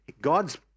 God's